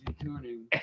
tuning